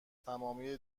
تمامی